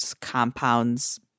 compounds